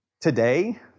Today